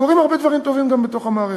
קורים הרבה דברים טובים גם בתוך המערכת.